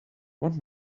one